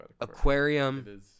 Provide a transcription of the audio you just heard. aquarium